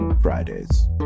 fridays